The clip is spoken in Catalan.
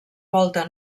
volta